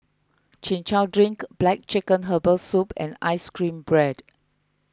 Chin Chow Drink Black Chicken Herbal Soup and Ice Cream Bread